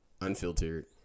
unfiltered